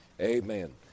amen